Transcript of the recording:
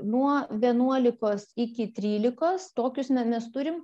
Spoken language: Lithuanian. nuo vienuolikos iki trylikos tokius me mes turim